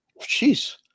Jeez